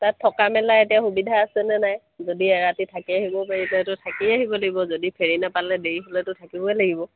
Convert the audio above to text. তাত থকা মেলা এতিয়া সুবিধা আছেনে নাই যদি এৰাতি থাকি আহিব পাৰিলেতো থাকিয়ে আহিব লাগিব যদি ফেৰি নাপালে দেৰি হ'লেতো থাকিবই লাগিব